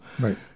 Right